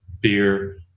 beer